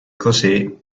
così